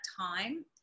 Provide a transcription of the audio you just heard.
time